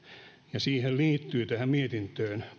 ja tähän mietintöön